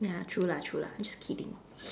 ya true lah true lah just kidding